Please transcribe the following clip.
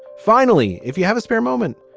finally, if you have a spare moment,